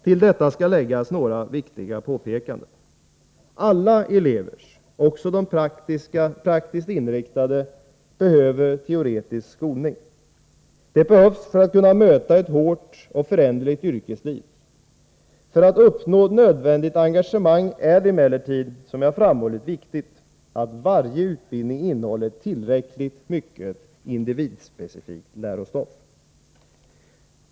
Till detta skall läggas några viktiga påpekanden: Alla elever — också de praktiskt inriktade — behöver teoretisk skolning. Det behövs för att kunna möta ett hårt och föränderligt yrkesliv. För att uppnå nödvändigt engagemang är det emellertid — som jag framhållit — viktigt att varje utbildning innehåller tillräckligt mycket individspecifikt lärostoff.